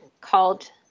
called